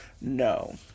No